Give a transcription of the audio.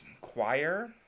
choir